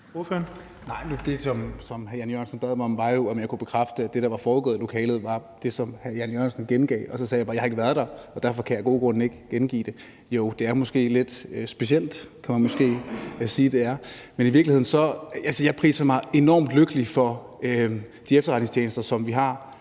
E. Jørgensen bad mig om, var jo, om jeg kunne bekræfte, at det, der var foregået i lokalet, var det, som hr. Jan E. Jørgensen gengav, og jeg sagde så bare, at jeg ikke har været der, og at jeg derfor af gode grunde ikke kan gengive det. Jo, det er måske lidt specielt. Det kan man måske sige det er. Men jeg priser mig altså i virkeligheden enormt lykkelig over de efterretningstjenester, som vi har